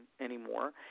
anymore